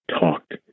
talked